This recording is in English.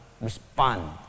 respond